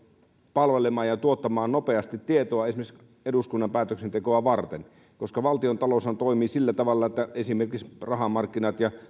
palvelemaan ja tuottamaan nopeasti tietoa esimerkiksi eduskunnan päätöksentekoa varten valtiontaloushan toimii sillä tavalla että esimerkiksi rahamarkkinoilla ja